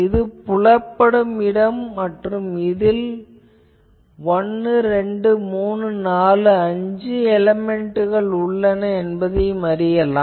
இது புலப்படும் இடம் மற்றும் இதில் 1 2 3 4 5 எலேமென்ட்கள் உள்ளன என்பதை அறியலாம்